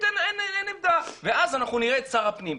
שאין עמדה ואז אנחנו נראה את שר הפנים.